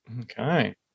Okay